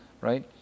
right